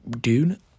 dude